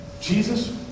Jesus